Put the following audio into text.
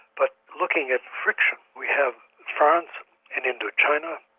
but looking at friction, we have france in indo china,